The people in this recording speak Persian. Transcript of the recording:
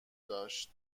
داشت